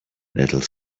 little